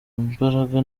imbaraga